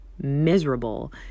miserable